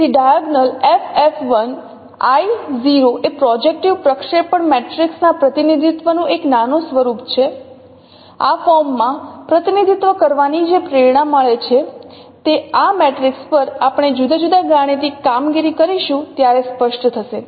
તેથી diag f f 1I | 0 એ projective પ્રક્ષેપણ મેટ્રિક્સ ના પ્રતિનિધિત્વનું એક નાનું સ્વરૂપ છે આ ફોર્મમાં પ્રતિનિધિત્વ કરવાની જે પ્રેરણા છે તે આ મેટ્રિક્સ પર આપણે જુદા જુદા ગાણિતિક કામગીરી કરીશું ત્યારે સ્પષ્ટ થશે